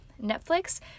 Netflix